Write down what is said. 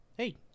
Hey